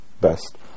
best